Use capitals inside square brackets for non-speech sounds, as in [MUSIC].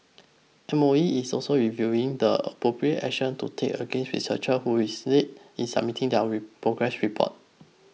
[UNINTELLIGIBLE] E is also reviewing the appropriate action to take against researchers who is late in submitting their read progress report